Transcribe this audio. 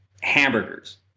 hamburgers